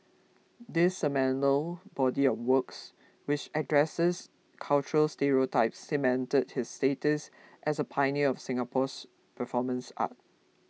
this seminal body of works which addresses cultural stereotypes cemented his status as a pioneer of Singapore's performance art